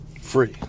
free